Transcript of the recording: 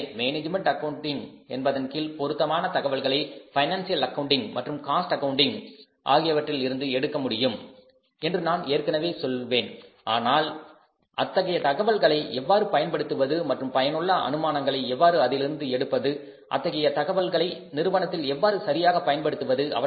எனவே management accounting என்பதன் கீழ் பொருத்தமான தகவல்களை பைனான்சியல் அக்கவுண்டிங் மற்றும் காஸ்ட் ஆக்கவுண்டிங் ஆகியவற்றில் இருந்து எடுக்க முடியும் என்று நான் சொல்லுவேன் ஆனால் அத்தகைய தகவல்களை எவ்வாறு பயன்படுத்துவது மற்றும் பயனுள்ள அனுமானங்களை எவ்வாறு அதிலிருந்து எடுப்பது அத்தகைய தகவல்களை நிறுவனத்தில் எவ்வாறு சரியாக பயன்படுத்துவது